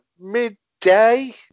midday